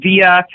via